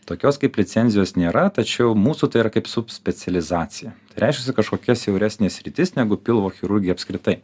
tokios kaip licenzijos nėra tačiau mūsų tai yra kaip subspecializacija reiškiasi kažkokia siauresnė sritis negu pilvo chirurgija apskritai